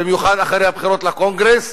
במיוחד אחרי הבחירות לקונגרס,